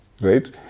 right